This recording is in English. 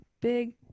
big